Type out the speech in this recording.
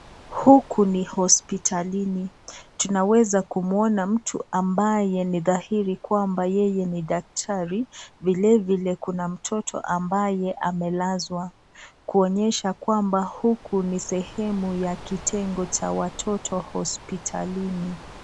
Huku ni hospitalini, tunaweza kumuona mtu ambaye ni dhahiri kwamba yeye ni daktari. Vile vile kuna mtoto ambaye amelazwa kuonyesha kwamba huku ni sehemu ya kitengo cha watoto hospitalini.